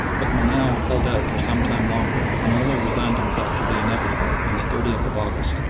but menou held out for some time longer, and only resigned himself to the inevitable on the thirtieth of august,